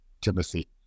Timothy